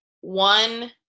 One